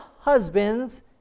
husbands